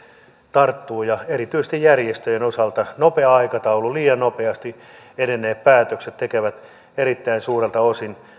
tarttuu ja erityisesti järjestöjen osalta nopea aikataulu liian nopeasti edenneet päätökset tekevät erittäin suurelta osin